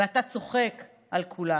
ואתה צוחק על כולנו.